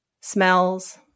Smells